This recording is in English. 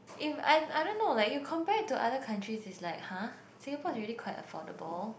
if I I don't know like you compare to other countries is like !huh! Singapore is really quite affordable